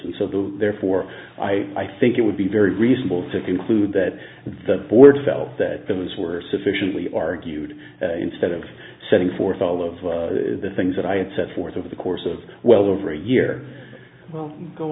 and so therefore i i think it would be very reasonable to conclude that the board felt that films were sufficiently argued that instead of setting forth all of the things that i had set forth over the course of well over a year well go